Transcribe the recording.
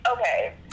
Okay